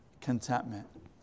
contentment